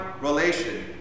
relation